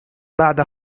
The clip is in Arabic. بعد